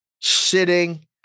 sitting